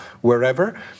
wherever